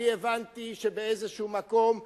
הבנתי שבאיזה מקום אנחנו,